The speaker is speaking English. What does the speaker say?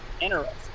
interesting